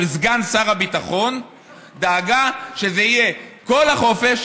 סגן שר הביטחון דאגה שזה יהיה כל החופש,